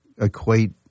equate